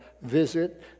visit